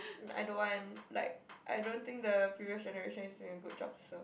I don't want like I don't think the previous generation is doing a good job also